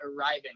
arriving